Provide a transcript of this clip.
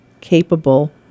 capable